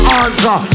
answer